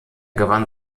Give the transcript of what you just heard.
gewann